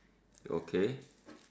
okay